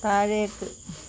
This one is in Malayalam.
താഴേക്ക്